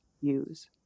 use